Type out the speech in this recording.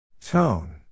Tone